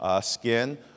skin